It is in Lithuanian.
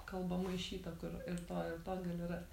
kalba maišyta kur ir to ir to gali rast